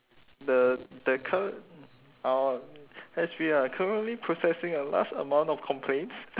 the the cur~ um as we are currently processing a large amount of complaints